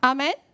Amen